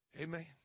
Amen